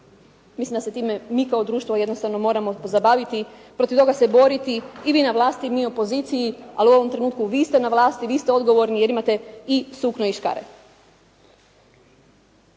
Mislim da se time mi kao društvo jednostavno moramo zabaviti, protiv toga se boriti i vi na vlasti i mi u opoziciji, ali u ovom trenutku vi ste na vlasti, vi ste odgovorni jer imate i sukno i škare.